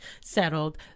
settled